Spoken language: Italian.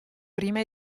prima